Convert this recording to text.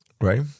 right